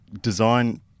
design